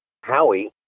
Howie